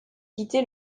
quitté